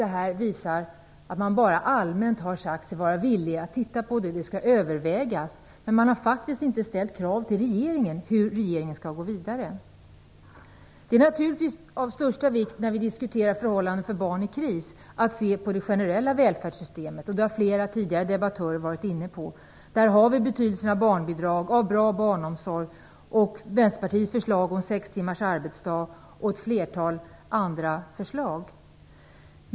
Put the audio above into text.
Detta visar att man bara allmänt har sagt sig vara villig att titta på det här - det skall övervägas. Men man har faktiskt inte framfört krav till regeringen om hur regeringen skall gå vidare. Det är naturligtvis av största vikt när vi diskuterar förhållanden för barn i kris att se på det generella välfärdssystemet. Det har flera debattörer tidigare varit inne på. Det gäller betydelsen av barnbidrag och en bra barnomsorg. Vidare gäller det Vänsterpartiets förslag om sex timmars arbetsdag och ett flertal andra förslag.